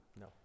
no